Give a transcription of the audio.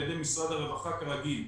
על-ידי משרד הרווחה כרגיל.